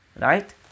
right